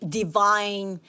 divine